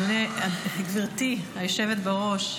גברתי היושבת בראש,